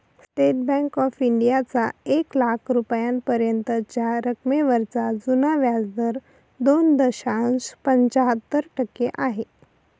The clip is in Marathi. स्टेट बँक ऑफ इंडियाचा एक लाख रुपयांपर्यंतच्या रकमेवरचा जुना व्याजदर दोन दशांश पंच्याहत्तर टक्के आहे